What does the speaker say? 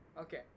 okay